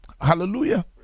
hallelujah